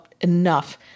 enough